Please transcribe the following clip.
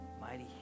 Mighty